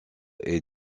est